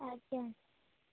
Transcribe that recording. ଆଜ୍ଞା